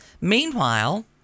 Meanwhile